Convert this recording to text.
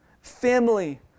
family